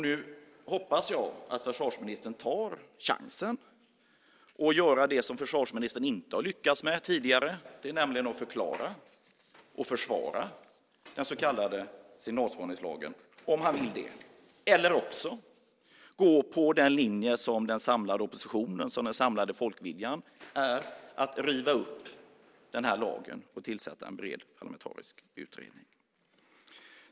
Nu hoppas jag att försvarsministern tar chansen att göra det som försvarsministern inte har lyckats med tidigare. Det är nämligen att förklara och försvara den så kallade signalspaningslagen om han vill det. Eller så kan han gå på den linje som den samlade oppositionen och folkviljan har att riva upp lagen och tillsätta en bred parlamentarisk utredning.